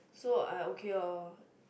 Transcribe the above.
so I okay loh